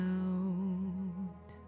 out